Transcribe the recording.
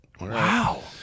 Wow